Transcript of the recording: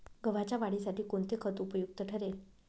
गव्हाच्या वाढीसाठी कोणते खत उपयुक्त ठरेल?